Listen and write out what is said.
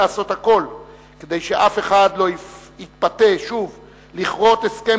לעשות הכול כדי שאף אחד לא יתפתה שוב לכרות הסכם